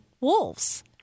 wolves